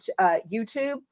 YouTube